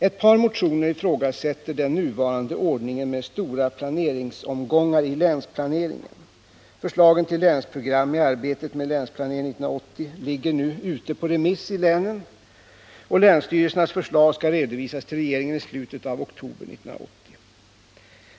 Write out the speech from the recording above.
Ett par motioner ifrågasätter den nuvarande ordningen med stora planeringsomgångar i länsplaneringen. Förslagen till länsprogram i arbetet med Länsplanering 80 ligger nu ute på remiss i länen, och länsstyrelsernas förslag skall redovisas till regeringen i slutet av oktober 1980.